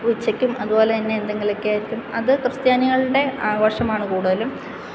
ഉച്ചയ്ക്കും അതുപോലെ തന്നെ എന്തെങ്കിലുമൊക്കെ ആയിരിക്കും അത് ക്രിസ്ത്യാനികളുടെ ആഘോഷമാണ് കൂടുതലും